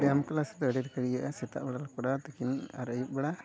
ᱵᱮᱭᱟᱢ ᱫᱚ ᱟᱹᱰᱤ ᱜᱮᱠᱚ ᱤᱭᱟᱹᱜᱼᱟ ᱥᱮᱛᱟᱜ ᱵᱮᱲᱟᱞᱮ ᱠᱚᱨᱟᱣᱟ ᱛᱤᱠᱤᱱ ᱟᱨ ᱟᱭᱩᱵ ᱵᱮᱲᱟ